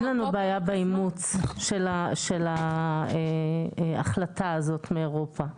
אין לנו בעיה באימוץ של ההחלטה הזאת מאירופה,